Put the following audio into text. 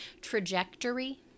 trajectory